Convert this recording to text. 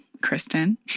Kristen